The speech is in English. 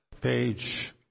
page